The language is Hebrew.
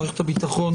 חובת המכרזים (התקשרויות מערכת הביטחון)